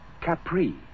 Capri